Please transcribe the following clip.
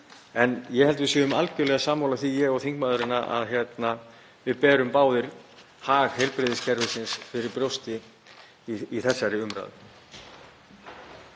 En ég held að við séum algerlega sammála því, ég og þingmaðurinn, að við berum báðir hag heilbrigðiskerfisins fyrir brjósti í þessari umræðu.